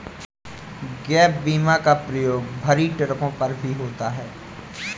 gap बीमा का प्रयोग भरी ट्रकों पर भी होता है